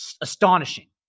astonishing